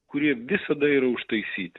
kurie visada yra užtaisyti